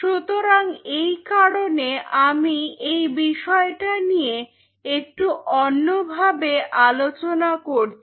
সুতরাং এই কারনে আমি এই বিষয়টা নিয়ে একটু অন্যভাবে আলোচনা করছি